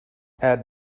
add